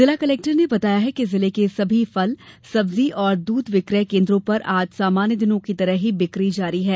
जिला कलेक्टर ने बताया कि जिले के सभी फल सब्जी और दूध विक्रय केन्द्रों पर आज सामान्य दिनों की तरह ही बिक्री जारी है